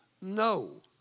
No